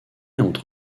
entre